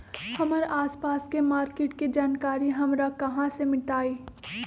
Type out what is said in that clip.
हमर आसपास के मार्किट के जानकारी हमरा कहाँ से मिताई?